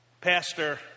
Pastor